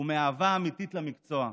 ומאהבה אמיתית למקצוע.